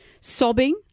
sobbing